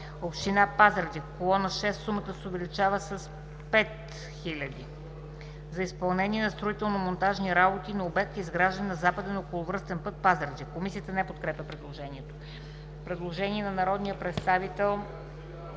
Община Пазарджик – в колона 6 сумата се увеличава с „5 000,0“. - за изпълнение на строително-монтажни работи на обект „Изграждане на западен околовръстен път – Пазарджик“.“ Комисията не подкрепя предложението. Предложение на народните представители